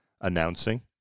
announcing